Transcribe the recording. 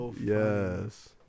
Yes